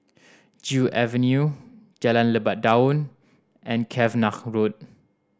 Joo Avenue Jalan Lebat Daun and Cavenagh Road